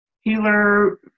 Healer